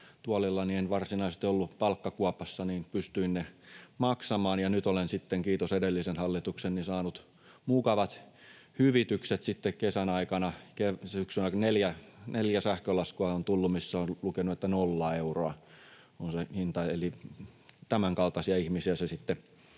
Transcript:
en varsinaisesti ollut palkkakuopassa, joten pystyin ne maksamaan, ja nyt olen sitten, kiitos edellisen hallituksen, saanut mukavat hyvitykset. Sitten kesän ja syksyn aikana neljä sähkölaskua on tullut, missä on lukenut, että nolla euroa on se hinta. Tämänkaltaisia ihmisiä se sitten